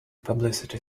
publicity